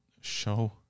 Show